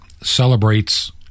celebrates